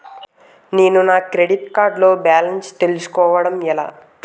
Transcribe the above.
నేను నా credit card లో బాలన్స్ తెలుసుకోవడం ఎలా?